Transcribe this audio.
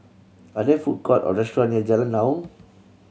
are there food court or restaurant near Jalan Naung